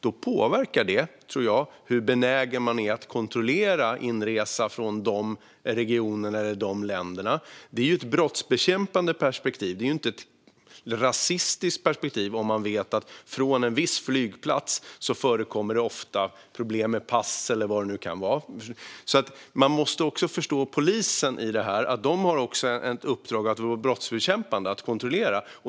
Det påverkar, tror jag, hur benägen man är att kontrollera inresa från de regionerna eller länderna. Det är ett brottsbekämpande och inte ett rasistiskt perspektiv om man vet att det från en viss flygplats ofta förekommer problem med pass, eller vad det nu kan vara. Vi måste alltså också förstå polisen i detta. De har ett uppdrag att vara brottsbekämpande, att kontrollera.